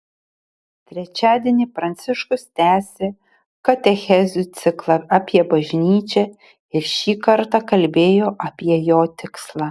trečiadienį pranciškus tęsė katechezių ciklą apie bažnyčią ir šį kartą kalbėjo apie jo tikslą